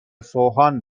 سوهان